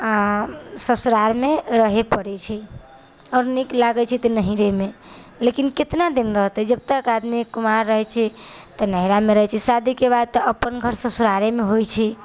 आ ससुरारमे रहय पड़ै छै आओर नीक लागै छै तऽ नैहरेमे लेकिन कितना दिन रहतै जब तक आदमी कुमार रहै छै तऽ नैहरामे रहै छै शादीके बाद तऽ अपन घर ससुरारेमे होइ छै